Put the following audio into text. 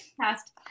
past